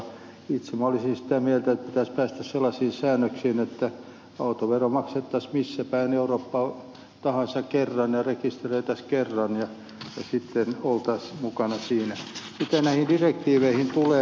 itse minä olisin sitä mieltä että pitäisi päästä sellaisiin säännöksiin että autovero maksettaisiin missä päin eurooppaa tahansa kerran ja rekisteröitäisiin kerran ja sitten oltaisiin mukana siinä